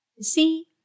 See